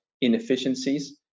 inefficiencies